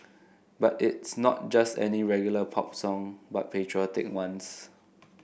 but it's not just any regular pop song but patriotic ones